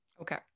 Okay